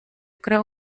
creo